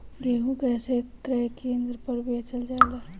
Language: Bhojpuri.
गेहू कैसे क्रय केन्द्र पर बेचल जाला?